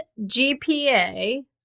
GPA